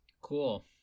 Cool